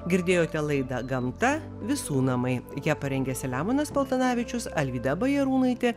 girdėjote laidą gamta visų namai ją parengė selemonas paltanavičius alvyda bajarūnaitė